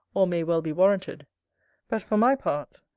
or may well be warranted but for my part,